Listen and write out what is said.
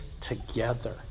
together